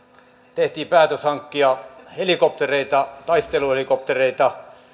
tehtiin päätös hankkia helikoptereita taisteluhelikoptereita